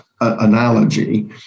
analogy